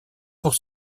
pour